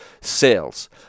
sales